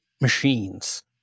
machines